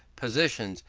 positions,